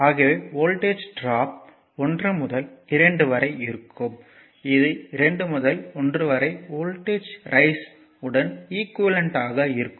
ஆகவே voltage drop 1 முதல் 2 வரை இருக்கும் இது 2 முதல் 1 வரை எனும் வோல்டேஜ் ரைஸ் உடன் ஈக்குவேலன்ட் ஆக இருக்கும்